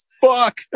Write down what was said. fuck